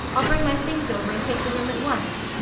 i'll bring my things over and take the room at once.